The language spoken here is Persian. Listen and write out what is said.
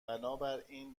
بنابراین